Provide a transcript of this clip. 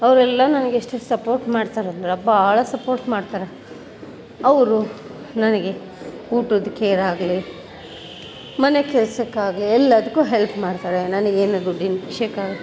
ಅವರೆಲ್ಲ ನನಗೆಷ್ಟು ಸಪೋರ್ಟ್ ಮಾಡ್ತಾರಂದ್ರೆ ಭಾಳ ಸಪೋರ್ಟ್ ಮಾಡ್ತಾರೆ ಅವರು ನನಗೆ ಊಟದ್ದು ಕೇರ್ ಆಗಲಿ ಮನೆಕೆಲ್ಸಕ್ಕೆ ಆಗಲಿ ಎಲ್ಲದಕ್ಕು ಹೆಲ್ಪ್ ಮಾಡ್ತಾರೆ ನನ್ಗೇನು ದುಡ್ಡಿನ ವಿಷಯಕ್ಕೆ